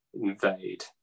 invade